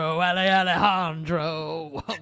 Alejandro